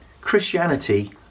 Christianity